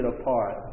apart